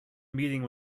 meeting